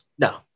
No